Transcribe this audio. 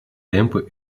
темпы